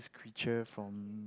creature from